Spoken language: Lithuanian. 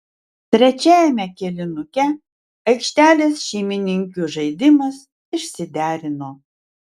trečiajame kėlinuke aikštelės šeimininkių žaidimas išsiderino